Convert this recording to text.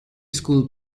school